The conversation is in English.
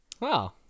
Wow